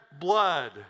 blood